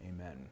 Amen